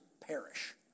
perish